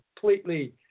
completely